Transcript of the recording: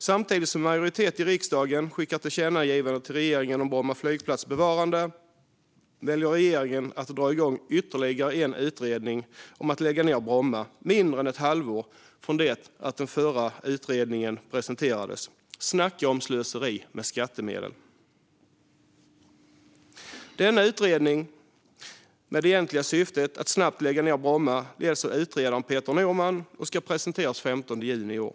Samtidigt som en majoritet i riksdagen skickar ett tillkännagivande till regeringen om Bromma flygplats bevarande väljer regeringen att dra igång ytterligare en utredning om att lägga ned Bromma, mindre än ett halvår från det att den förra utredningen presenterades. Snacka om slöseri med skattemedel! Denna utredning, med det egentliga syftet att snabbt lägga ned Bromma, leds av utredaren Peter Norman och ska presenteras den 15 juni i år.